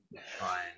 Fine